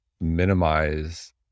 minimize